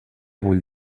vull